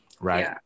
Right